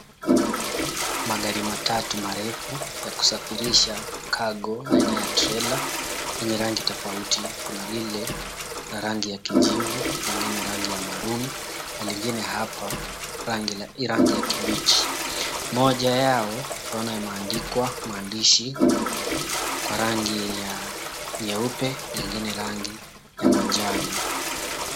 Magari matatu marefu ya kusafirisha cargo aina ya trela yenye rangi tofauti. Kuna lile la rangi ya kijivu, lingine rangi ya maroon na lingine hapa rangi ya kibichi. Moja yao twaona imeandikwa maandishi kwa rangi ya nyeupe na ingine rangi ya manjano.